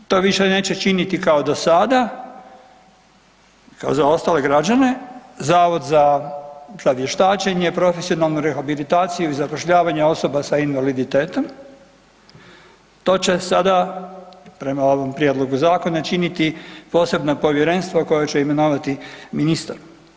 To više neće činiti kao do sada, kao za ostale građane Zavod za vještačenja, profesionalnu rehabilitaciju i zapošljavanja osoba s invaliditetom, to će sada prema ovom prijedlogu zakona činiti posebna povjerenstva koja će imenovati ministar.